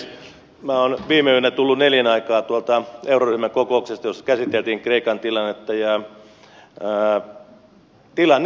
minä olen viime yönä tullut neljän aikaan euroryhmän kokouksesta jossa käsiteltiin kreikan tilannetta ja tilanne on hankala